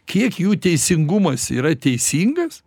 kiek jų teisingumas yra teisingas